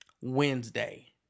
Wednesday